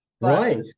Right